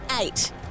Eight